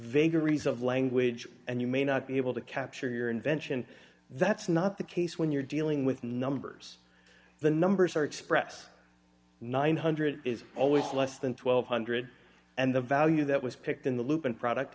vagaries of language and you may not be able to capture your invention that's not the case when you're dealing with numbers the numbers are express nine hundred is always less than one thousand two hundred and the value that was picked in the loop in product